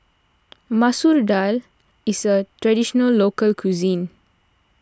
Masoor Dal is a Traditional Local Cuisine